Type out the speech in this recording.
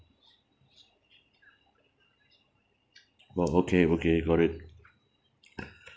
oh okay okay got it